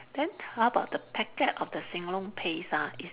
how about the packet of the sing long paste ah is